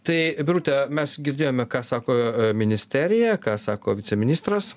tai birute mes girdėjome ką sako ministerija ką sako viceministras